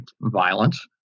violence